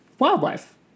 wildlife